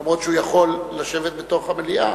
למרות שהוא יכול לשבת בתוך המליאה.